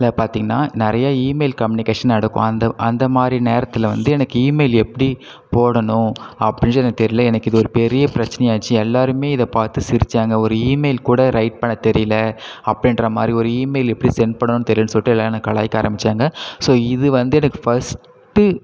ல பார்த்தீங்கனா நிறையா இமெயில் கம்யூனிகேஷன் நடக்கும் அந்த அந்த மாதிரி நேரத்தில் வந்து எனக்கு இமெயில் எப்படி போடணும் அப்படின்னு எனக்கு தெரியல எனக்கு இது ஒரு பெரிய பிரச்சனை ஆச்சு எல்லாருமே இதை பார்த்து சிரிச்சாங்க ஒரு இமெயில் கூட ரைட் பண்ண தெரியல அப்படின்ற மாதிரி ஒரு இமெயில் எப்படி சென்ட் பண்ணணுன்னு தெரியலன்னு சொல்லிட்டு எல்லாரும் என்ன கலாய்க்க ஆரம்பிச்சாங்க ஸோ இது வந்து எனக்கு ஃபர்ஸ்ட்டு